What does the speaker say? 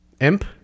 imp